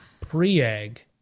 Pre-egg